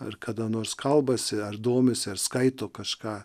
ar kada nors kalbasi ar domisi ar skaito kažką